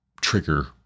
trigger